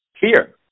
fear